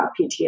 PTSD